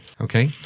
Okay